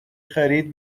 خرید